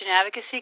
advocacy